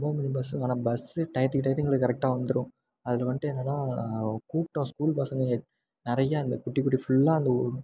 ஒம்பது மணி பஸ்சும் வர ஆனால் பஸ்சு டயத்துக்கு டயத்துக்கு கரெட்டாக வந்துடும் அதில் வந்துட்டு என்னெனா கூட்டம் ஸ்கூல் பசங்கள் நிறையா அந்த குட்டி குட்டி ஃபுல்லாக அந்த